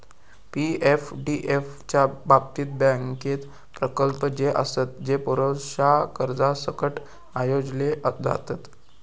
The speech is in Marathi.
पी.एफडीएफ च्या बाबतीत, बँकेत प्रकल्प जे आसत, जे पुरेशा कर्जासकट आयोजले जातत